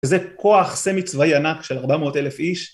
וזה כוח סמי צבאי ענק של ארבע מאות אלף איש.